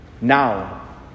now